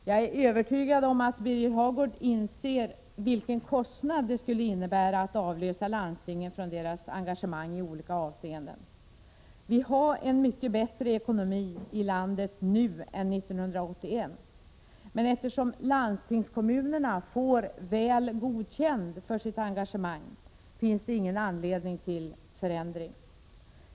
Jag är övertygad om att Birger Hagård inser vilken kostnad det skulle innebära att avlösa landstingen från deras engagemang i olika avseenden. Vi har en mycket bättre ekonomi i landet nu än 1981. Men eftersom landstingskommunerna får ”väl godkänd” för sitt engagemang, finns det ingen anledning till förändring.